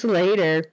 later